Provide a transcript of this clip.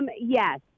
yes